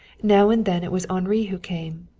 now and then it was henri who came,